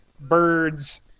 birds